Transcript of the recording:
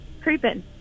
Creeping